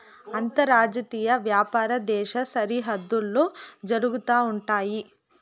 అంతర్జాతీయ వ్యాపారం దేశ సరిహద్దుల్లో జరుగుతా ఉంటయి